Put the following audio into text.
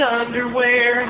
underwear